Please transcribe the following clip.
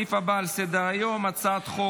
בעד 23,